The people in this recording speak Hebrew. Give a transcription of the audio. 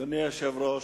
אדוני היושב-ראש,